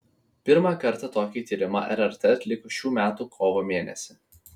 pirmąkart tokį tyrimą rrt atliko šių metų kovo mėnesį